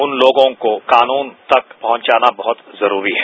उन लोगों को कानून तक पहुंचाना बहुत जरूरी है